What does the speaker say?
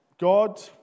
God